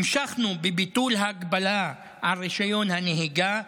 המשכנו בביטול ההגבלה על רישיון הנהיגה,